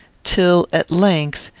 till, at length,